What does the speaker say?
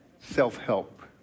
self-help